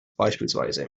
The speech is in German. bspw